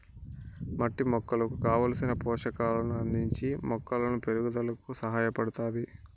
మట్టి మొక్కకు కావలసిన పోషకాలను అందించి మొక్కల పెరుగుదలకు సహాయపడుతాది